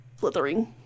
flithering